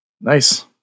Nice